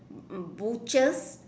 mm butchers